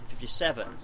1957